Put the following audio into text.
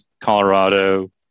Colorado